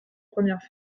première